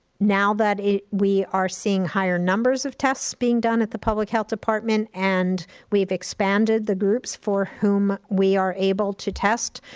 now that we are seeing higher numbers of tests being done at the public health department and we've expanded the groups for whom we are able to test,